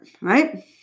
right